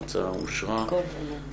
הכנסת קארין אלהרר, חברת הכנסת תמר זנדברג.